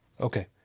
Okay